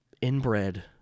inbred